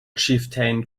chieftain